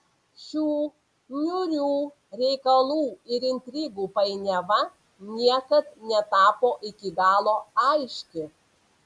šių niūrių reikalų ir intrigų painiava niekad netapo iki galo aiški